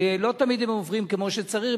שלא תמיד הם עוברים כמו שצריך,